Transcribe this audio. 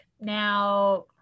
now